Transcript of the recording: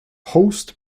host